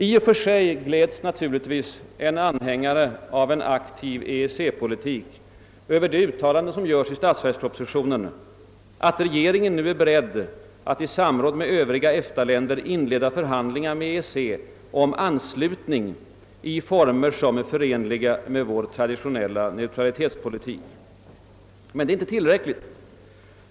I och för sig gläds naturligtvis en anhängare av en aktiv EEC-politik över de uttalanden som görs i statsverkspropositionen, att regeringen nu är beredd att i samråd med övriga EFTA-länder inleda förhandlingar med EEC om anslutning i former som är förenliga med vår traditionella neutralitetspolitik. Men detta är inte tillräckligt.